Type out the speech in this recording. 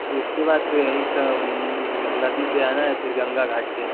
उसके बाद तो यहीं का नदी पर जाना है फ़िर गंगा घाट पर